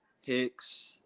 Hicks